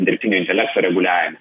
dirbtinio intelekto reguliavimo